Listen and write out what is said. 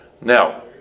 Now